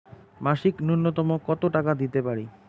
মাসিক নূন্যতম কত টাকা দিতে পারি?